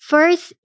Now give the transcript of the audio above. First